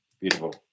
Beautiful